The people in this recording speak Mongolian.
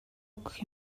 өгөх